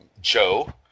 Joe